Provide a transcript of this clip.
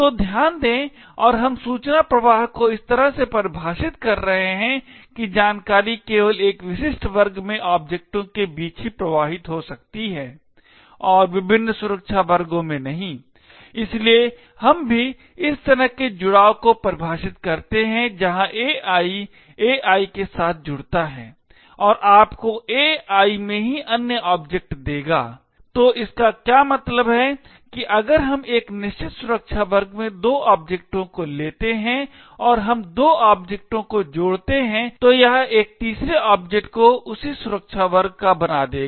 तो ध्यान दें और हम सूचना प्रवाह को इस तरह से परिभाषित कर रहे हैं कि जानकारी केवल एक विशिष्ट वर्ग में ओब्जेक्टों के बीच ही प्रवाहित हो सकती है और विभिन्न सुरक्षा वर्गों में नहीं इसलिए हम भी इस तरह के जुड़ाव को परिभाषित करते हैं जहां AI AI के साथ जुड़ता है आपको AI में ही अन्य ऑब्जेक्ट देगा तो इसका क्या मतलब है कि अगर हम एक निश्चित सुरक्षा वर्ग में दो ओब्जेक्टों को लेते हैं और हम दो ओब्जेक्टों को जोड़ते हैं तो यह एक तीसरे ऑब्जेक्ट को उसी सुरक्षा वर्ग बना देगा